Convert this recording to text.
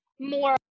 more